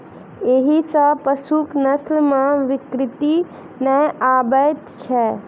एहि सॅ पशुक नस्ल मे विकृति नै आबैत छै